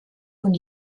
von